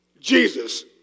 Jesus